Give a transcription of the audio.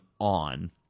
on